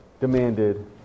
demanded